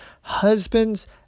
husbands